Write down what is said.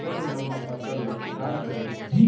सब नवा फसल ल दान करिन